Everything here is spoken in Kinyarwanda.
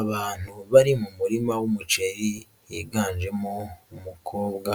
Abantu bari mu murima w'umuceri biganjemo umukobwa